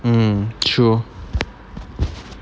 mm true